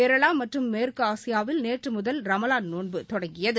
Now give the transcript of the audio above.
கேரளா மற்றும் மேற்கு ஆசியாவில் நேற்று முதல் ரமலான் நோன்பு தொடங்கியது